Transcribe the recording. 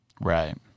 Right